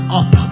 up